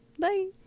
Bye